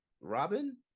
Robin